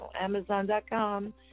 Amazon.com